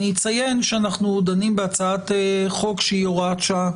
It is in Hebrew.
אני אציין שאנחנו דנים בהצעת חוק שהיא הוראת שעה